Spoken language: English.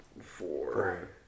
Four